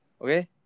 Okay